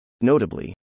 Notably